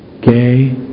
gay